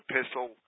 epistle